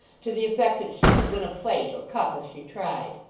to the effect that she could win a plate or cup if she tried.